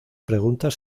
preguntas